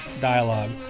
dialogue